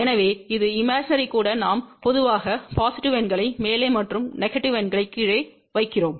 எனவே இமேஜினரி கூட நாம் பொதுவாக பொசிட்டிவ் எண்களை மேலே மற்றும் நெகடிவ் எண்களை கீழே வைக்கிறோம்